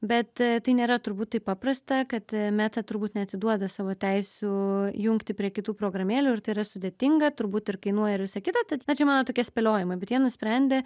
bet tai nėra turbūt taip paprasta kad meta turbūt neatiduoda savo teisių jungti prie kitų programėlių ir tai yra sudėtinga turbūt ir kainuoja ir visa kita tad čia mano tokie spėliojimai bet jie nusprendė